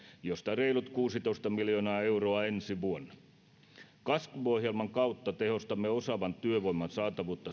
josta reilut kuusitoista miljoonaa euroa ensi vuonna kasvuohjelman kautta tehostamme osaavan työvoiman saatavuutta